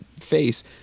face